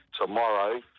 tomorrow